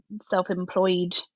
self-employed